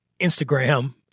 Instagram